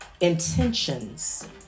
intentions